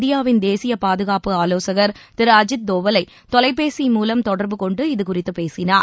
இந்தியாவின் தேசிய பாதுகாப்பு ஆலோசகர் திரு அஜித் தோவலை தொலைபேசி மூலம் தொடர்பு கொண்டு இது குறித்து பேசினார்